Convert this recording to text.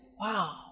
wow